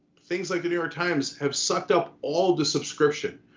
things like the new york times have sucked up all the subscription.